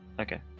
Okay